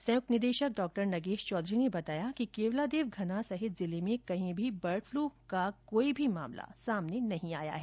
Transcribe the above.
संयुक्त निदेशक डॉ नगेश चौधरी ने बताया कि केवलादेव घना सहित जिले में कहीं भी बर्ड फ्लू का कोई मामला सामने नहीं आया है